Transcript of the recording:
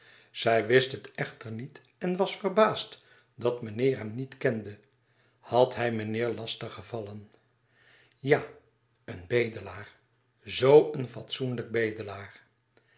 zij wist het echter niet en was verbaasd dat meneer hem niet kende had hij meneer lastig gevallen ja een bedelaar zoo een fatsoenlijke bedelaar